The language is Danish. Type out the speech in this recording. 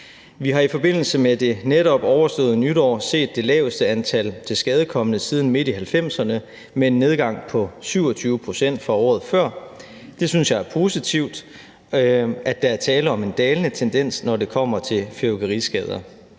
Vi har i forbindelse med det netop overståede nytår set det laveste antal tilskadekomne siden midt i 1990'erne med en nedgang på 27 pct. fra året før. Jeg synes, det er positivt, at der er tale om en dalende tendens, når det kommer til fyrværkeriskader.